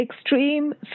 Extreme